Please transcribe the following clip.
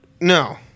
No